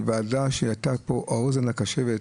היא ועדה שהייתה פה האוזן הקשבת.